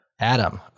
Adam